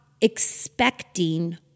Expecting